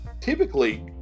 typically